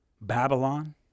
Babylon